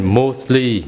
mostly